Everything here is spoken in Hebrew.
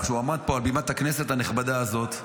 שהוא עמד פה על בימת הכנסת הנכבדה הזאת,